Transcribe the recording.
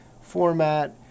format